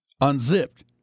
unzipped